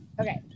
Okay